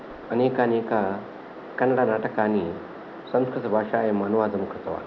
अनेकानेक कन्नडनाटकानि संस्कृतभाषायाम् अनुवादं कृतवान्